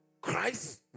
Christ